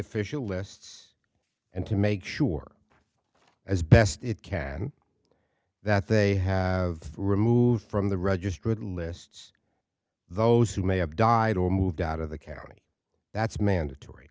official lists and to make sure as best it can that they have removed from the registered lists those who may have died or moved out of the county that's mandatory